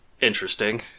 interesting